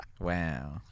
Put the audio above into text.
Wow